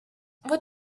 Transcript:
what